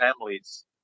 families